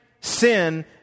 sin